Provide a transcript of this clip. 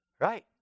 Right